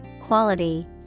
quality